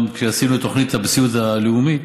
גם כשעשינו את תוכנית הסיעוד הלאומית,